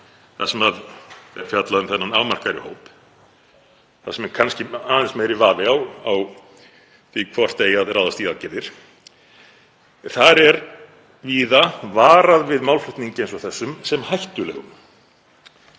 þar sem fjallað er um þennan afmarkaðri hóp þar sem er kannski aðeins meiri vafi á því hvort eigi að ráðast í aðgerðir, er víða varað við málflutningi eins og þessum sem hættulegum.